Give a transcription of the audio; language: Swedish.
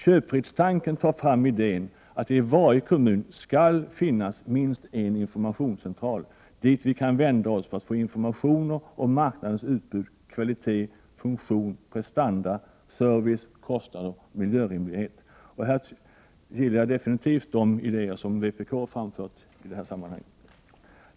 Köpfridstanken tar fram idén att det i varje kommun skall finnas minst en informationscentral dit vi kan vända oss för att få informationer om marknadens utbud, kvalitet, funktion, prestanda, service och kostnader, miljörimlighet m.m. Jag gillar definitivt de idéer som vpk har framfört i detta sammanhang.